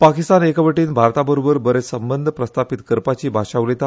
पाकिस्तान एका वटेन भारताबरोबर बरे संबंद प्रस्तापित करपाची भाषा उलयता